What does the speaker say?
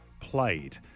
played